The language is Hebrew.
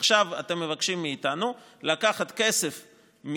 עכשיו אתם מבקשים מאיתנו לקחת כסף,